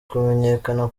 kumenyekana